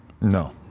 No